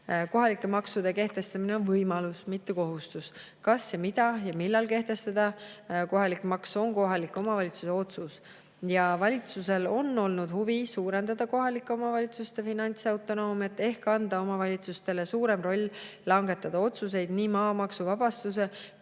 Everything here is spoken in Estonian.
Kohalike maksude kehtestamine on võimalus, mitte kohustus. Kas ja [kui, siis] millal kehtestada kohalik maks ja milline maks, on kohaliku omavalitsuse otsus. Valitsusel on olnud huvi suurendada kohalike omavalitsuste finantsautonoomiat ehk anda omavalitsustele suurem roll langetada otsuseid nii maamaksuvabastuse